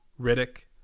Riddick